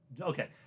Okay